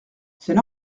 c’est